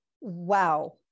Wow